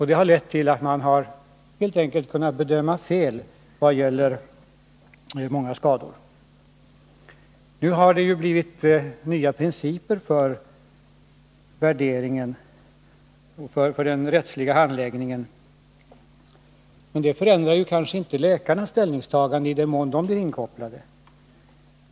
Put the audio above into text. Det har lett till att man helt enkelt har kommit att bedöma fel när det gäller många skador. Nu har det ju blivit nya principer för den rättsliga handläggningen. Men det förändrar kanske inte läkarnas ställningstagande i den mån de blir inkopplade.